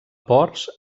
ports